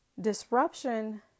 Disruption